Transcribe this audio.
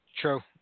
True